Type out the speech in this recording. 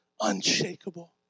Unshakable